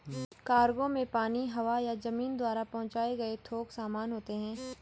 cargo में पानी, हवा या जमीन द्वारा पहुंचाए गए थोक सामान होते हैं